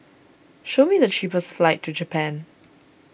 show me the cheapest flights to Japan